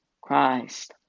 Christ